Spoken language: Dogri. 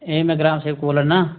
एह् में ग्राम सेवक बोल्ला नां